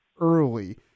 early